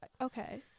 Okay